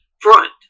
front